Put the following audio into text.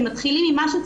שמתחילים עם משהו,